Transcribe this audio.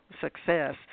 success